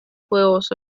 juegos